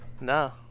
No